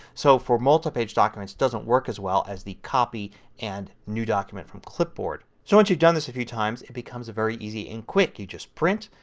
so for multiple documents it doesn't work as well as the copy and new document from clipboard. so once you have done this a few times it becomes very easy and quick. you just print.